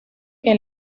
que